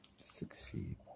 Succeed